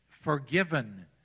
forgiven